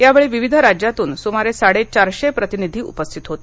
यावेळी विविध राज्यांतून सुमारे साडेचारशे प्रतिनिधी उपस्थित होते